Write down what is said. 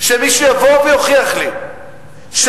שמישהו יבוא ויוכיח לי ששולמו